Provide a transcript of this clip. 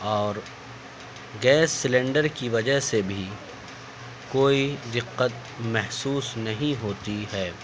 اور gas cylinder کی وجہ سے بھی کوئی دقت محسوس نہیں ہوتی ہے